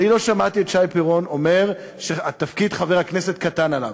אני לא שמעתי את שי פירון אומר שתפקיד חבר כנסת קטן עליו,